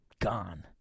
gone